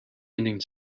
ending